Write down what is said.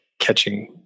catching